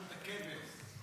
הכבש.